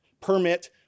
permit